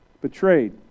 betrayed